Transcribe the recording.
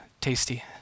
tasty